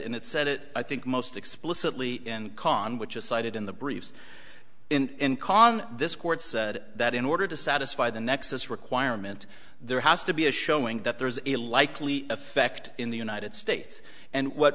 and it said it i think most explicitly and con which is cited in the briefs and con this court said that in order to satisfy the nexus requirement there has to be a showing that there is a likely effect in the united states and what